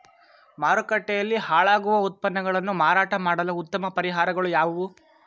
ಮಾರುಕಟ್ಟೆಯಲ್ಲಿ ಹಾಳಾಗುವ ಉತ್ಪನ್ನಗಳನ್ನು ಮಾರಾಟ ಮಾಡಲು ಉತ್ತಮ ಪರಿಹಾರಗಳು ಯಾವುವು?